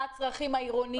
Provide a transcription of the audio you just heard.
מה הצרכים העירוניים.